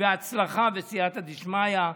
הצלחה וסייעתא דשמיא.